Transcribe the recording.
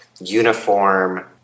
uniform